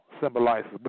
symbolizes